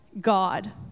God